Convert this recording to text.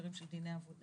בהקשרים של דיני עבודה,